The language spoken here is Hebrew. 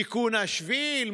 תיקון השביל,